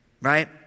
Right